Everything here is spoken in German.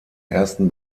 ersten